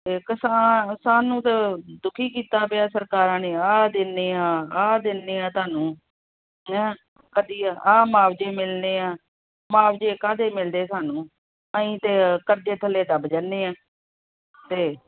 ਅਤੇ ਕਿਸਾਨ ਸਾਨੂੰ ਤਾਂ ਦੁਖੀ ਕੀਤਾ ਪਿਆ ਸਰਕਾਰਾਂ ਨੇ ਆਹ ਦਿੰਦੇ ਹਾਂ ਆਹ ਦਿੰਦੇ ਹਾਂ ਤੁਹਾਨੂੰ ਕਦੀ ਆ ਮੁਆਵਜੇ ਮਿਲਣੇ ਆ ਮੁਆਵਜੇ ਕਾਹਦੇ ਮਿਲਦੇ ਸਾਨੂੰ ਅਸੀਂ ਤਾਂ ਕਰਜੇ ਥੱਲੇ ਦੱਬ ਜਾਂਦੇ ਹਾਂ ਅਤੇ